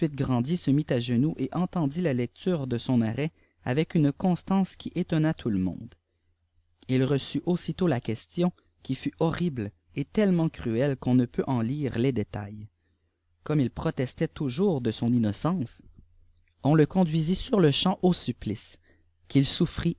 se mit à genoux et ëntéodit la leet re de sojq arrêt avec une constance qui étonna tout le boonde iv re aiitèt la question qui fut hgil et tellement cruelle qu'on ne peut en lire les détails comme il protestait toujours de son iftô ccnce on ie conduisit sur le chamç au supplice qu'il